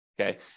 Okay